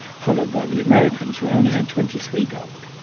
followed by the americans, who only had twenty three gold,